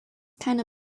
keine